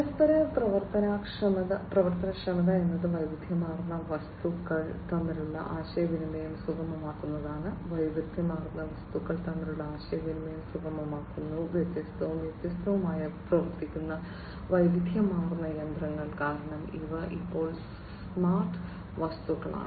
പരസ്പര പ്രവർത്തനക്ഷമത എന്നത് വൈവിധ്യമാർന്ന വസ്തുക്കൾ തമ്മിലുള്ള ആശയവിനിമയം സുഗമമാക്കുന്നതാണ് വൈവിധ്യമാർന്ന വസ്തുക്കൾ തമ്മിലുള്ള ആശയവിനിമയം സുഗമമാക്കുന്നു വ്യത്യസ്തവും വ്യത്യസ്തവുമായ പ്രവർത്തിക്കുന്ന വൈവിധ്യമാർന്ന യന്ത്രങ്ങൾ കാരണം ഇവ ഇപ്പോൾ സ്മാർട്ട് വസ്തുക്കളാണ്